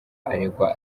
aregwa